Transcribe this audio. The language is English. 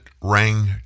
rang